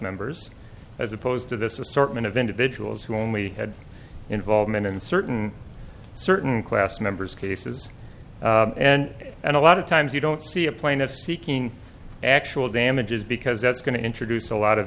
members as opposed to this assortment of individuals who only had involvement in certain certain class members cases and and a lot of times you don't see a plaintiff seeking actual damages because that's going to introduce a lot of